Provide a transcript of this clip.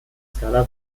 skala